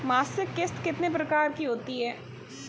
मासिक किश्त कितने प्रकार की होती है?